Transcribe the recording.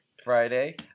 Friday